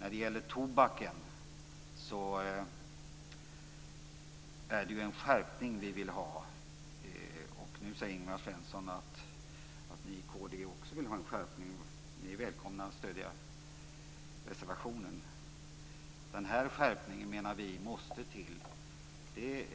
När det gäller tobaken är det en skärpning vi vill ha. Nu säger Ingvar Svensson att ni i kd också vill ha en skärpning. Ni är då välkomna att stödja vår reservation. Vi menar att den här skärpningen måste till.